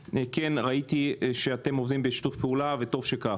ראיתי שאתם עובדים בשיתוף פעולה וטוב שכך.